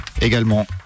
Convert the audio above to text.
également